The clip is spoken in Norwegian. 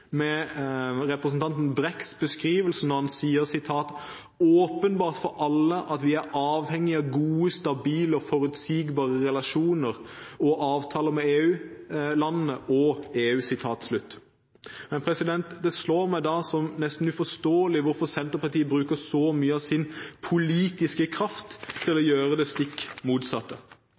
representanten Brekks beskrivelse når har sier at «det er åpenbart for alle at vi er avhengig av gode, stabile og forutsigbare relasjoner og avtaler med EU-landene og med EU». Det slår meg da som nesten uforståelig at Senterpartiet bruker så mye av sin politiske kraft til å gjøre det stikk motsatte.